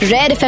Red